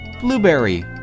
blueberry